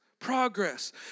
progress